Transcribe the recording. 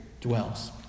dwells